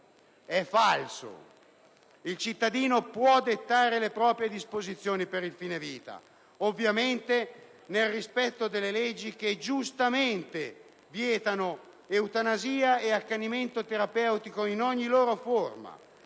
È falso. Il cittadino può dettare le proprie disposizioni per il fine vita, ovviamente nel rispetto delle leggi, che giustamente vietano eutanasia e accanimento terapeutico in ogni loro forma,